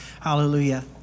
Hallelujah